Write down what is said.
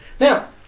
Now